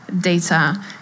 data